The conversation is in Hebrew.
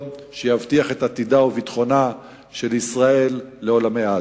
שיבטיח את עתידה וביטחונה של ישראל לעולמי עד.